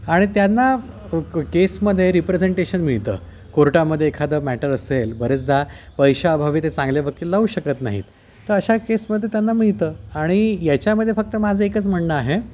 आणि त्यांना क केसमध्ये रिप्रेझेंटेशन मिळतं कोर्टामध्ये एखादं मॅटर असेल बरेचदा पैशा अभावी ते चांगले वकील लावू शकत नाहीत तर अशा केसमध्ये त्यांना मिळतं आणि याच्यामध्ये फक्त माझं एकच म्हणणं आहे